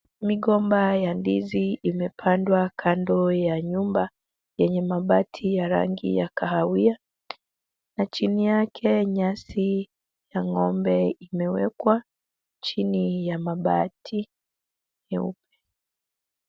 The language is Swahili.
Migomba ya ndizi imepandwa kando ya nyumba yenye mabati ya rangi ya kahawia na chini yake nyasi ya ng'ombe imewekwa chini ya mabati nyeupe.